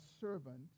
servant